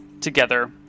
together